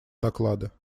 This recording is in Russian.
доклада